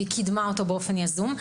והיא קידמה אותו באופן יזום,